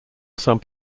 some